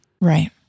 Right